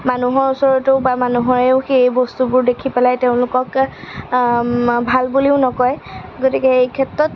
মানুহৰ ওচৰতো বা মানুহেও সেই বস্তুবোৰ দেখি পেলাই তেওঁলোকক ভাল বুলিও নকয় গতিকে এই ক্ষেত্ৰত